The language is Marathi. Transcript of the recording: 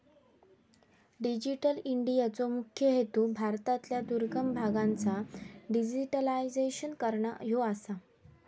डिजिटल इंडियाचो मुख्य हेतू भारतातल्या दुर्गम भागांचा डिजिटायझेशन करना ह्यो आसा